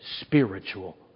spiritual